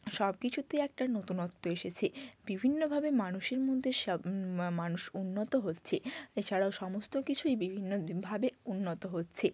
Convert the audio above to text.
সব কিছুতেই একটা নতুনত্ব এসেছে বিভিন্নভাবে মানুষের মধ্যে মানুষ উন্নত হচ্ছে এছাড়াও সমস্ত কিছুই বিভিন্ন ভাবে উন্নত হচ্ছে